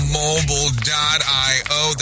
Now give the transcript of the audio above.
mobile.io